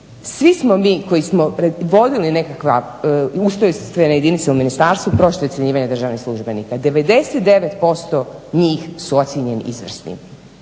Svi smo mi koji smo vodili nekakve ustrojstvene jedinice u ministarstvu, prošli ocjenjivanje državnih službenika, 99% njih su ocijenjeni izvrsni.